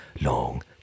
long